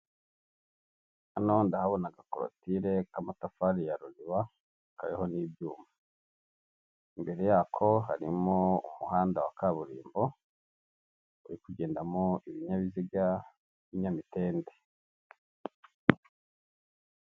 Hano ndahabona agakorotire k'amatafari ya ruriba kariho n'ibyuma. Imbere yako harimo umuhanda wa kaburimbo, uri kugendamo ibinyabiziga by'ibinyamitende.